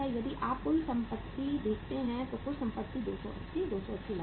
यदि आप यहां कुल संपत्ति देखते हैं तो कुल संपत्ति 280 रु 280 लाख